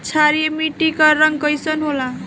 क्षारीय मीट्टी क रंग कइसन होला?